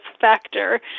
factor